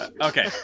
Okay